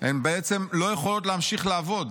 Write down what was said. הן בעצם לא יכולות להמשיך לעבוד.